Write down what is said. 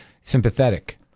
sympathetic